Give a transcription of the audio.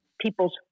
people's